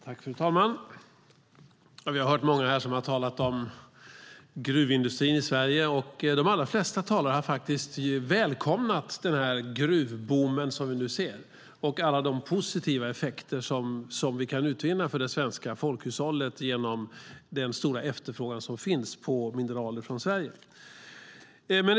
Fru talman! Vi har hört många här tala om gruvindustrin i Sverige. De allra flesta har välkomnat den gruvboom som vi nu ser och alla de positiva effekter som vi kan utvinna för det svenska folkhushållet genom den stora efterfrågan som finns på mineraler från Sverige.